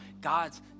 God's